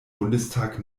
bundestag